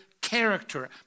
character